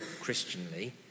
Christianly